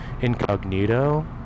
Incognito